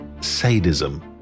sadism